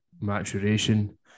maturation